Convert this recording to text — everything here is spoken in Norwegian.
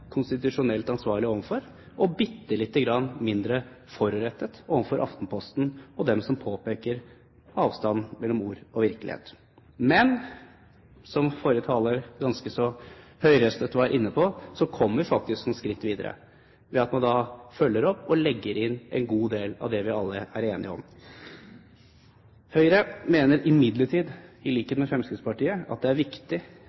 konstitusjonelt ansvarlig overfor, og bitte lite grann mindre forurettet overfor Aftenposten og dem som påpeker avstand mellom ord og virkelighet. Men som forrige taler ganske så høyrøstet var inne på, så kommer vi faktisk noen skritt videre ved at man følger opp og legger inn en god del av det vi alle er enige om. Høyre mener imidlertid, i